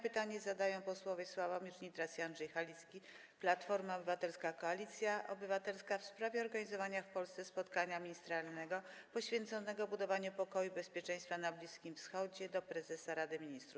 Pytanie zadają posłowie Sławomir Nitras i Andrzej Halicki, Platforma Obywatelska - Koalicja Obywatelska, w sprawie organizowania w Polsce spotkania ministerialnego poświęconego budowaniu pokoju i bezpieczeństwa na Bliskim Wschodzie - do prezesa Rady Ministrów.